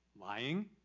lying